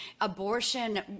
abortion